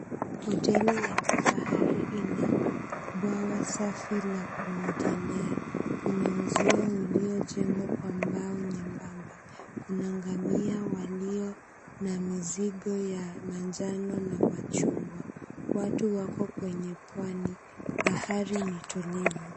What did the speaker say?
Hoteli ya kifahari ina bwawa safi la kuogelea, Kuna uzio uliojengwa kwa mbao jembamba. Kuna ngamia walio na mizigo ya manjano na machungwa. Watu wako kwenye pwani. Bahari ni tulivu.